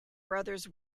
brothers